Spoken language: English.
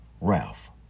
Ralph